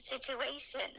situation